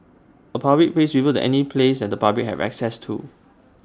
A public place refers to any place at the public have access to